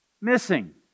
missing